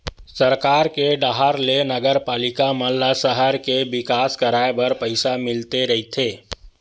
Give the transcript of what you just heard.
सरकार के डाहर ले नगरपालिका मन ल सहर के बिकास कराय बर पइसा मिलते रहिथे